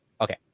Okay